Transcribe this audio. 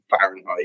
Fahrenheit